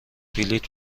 بلیط